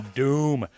doom